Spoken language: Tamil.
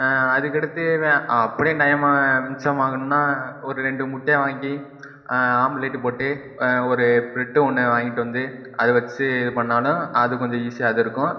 அதுக்கடுத்து அப்படியும் டைமு மிச்சமாகணும்னா ஒரு ரெண்டு முட்டையை வாங்கி ஆம்லேட்டு போட்டு ஒரு பிரெட்டு ஒன்றை வாங்கிகிட்டு வந்து அதை வச்சு இது பண்ணாலும் அது கொஞ்சம் ஈசியாக அது இருக்கும்